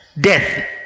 death